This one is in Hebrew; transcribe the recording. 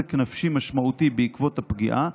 מנזק נפשי משמעותי בעקבות הפגיעה,